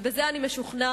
בזה אני משוכנע,